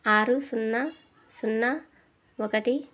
ఆరు సున్నా సున్నా ఒకటి